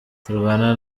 turwana